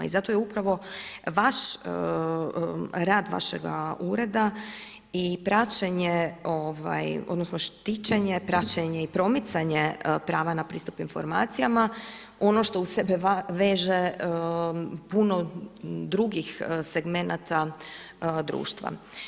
I zato je upravo vaš rad vašega ureda i praćenja odnosno štićenje, praćenje i promicanje prava na pristup informacijama, ono što uz sebe veže puno drugih segmenata društva.